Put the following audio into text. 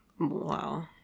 Wow